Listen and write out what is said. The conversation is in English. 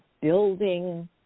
building